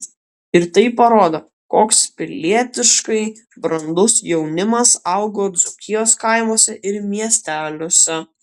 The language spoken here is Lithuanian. ir tai parodo koks pilietiškai brandus jaunimas augo dzūkijos kaimuose ir miesteliuose